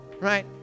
right